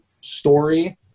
story